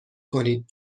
کنید